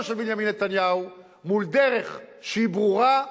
של בנימין נתניהו מול דרך שהיא ברורה,